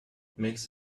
makes